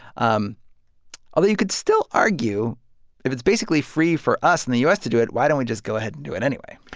um although you could still argue if it's basically free for us in the u s. to do it, why don't we just go ahead and do it anyway?